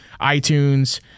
iTunes